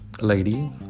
lady